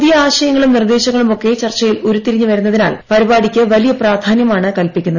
പുതിയ ആശയങ്ങളും നിർദ്ദേശങ്ങളുമൊക്കെ ചർച്ചയിൽ ഉരുത്തിരിഞ്ഞു വരുന്നതിനാൽ പരിപാടിക്ക് വലിയ പ്രാധാന്യമാണ് കൽപിക്കുന്നത്